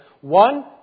one